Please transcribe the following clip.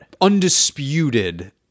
Undisputed